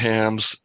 Hams